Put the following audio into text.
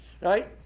right